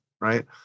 right